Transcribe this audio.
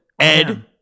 Ed